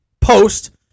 post